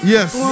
Yes